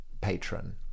patron